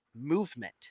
Movement